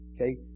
Okay